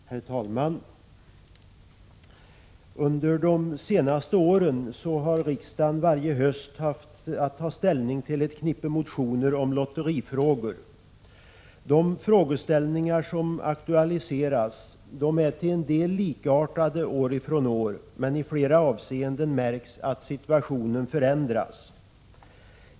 Herr talman! Under de senaste åren har riksdagen varje höst haft att ta ställning till ett knippe motioner om lotterifrågor. De frågeställningar som aktualiseras är till en del likartade år från år, men i flera avseenden märks att situationen förändras.